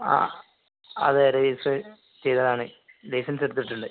അ അതെ രജിസ്റ്റർ ചെയ്തതാണ് ലൈസൻസ് എടുത്തിട്ടുണ്ട്